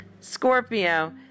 Scorpio